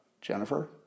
Jennifer